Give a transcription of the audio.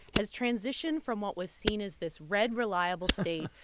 has transitioned from what was seen as this red, reliable state,